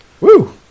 Woo